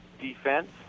defense